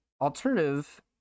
alternative